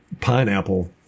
pineapple